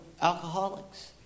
alcoholics